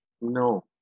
No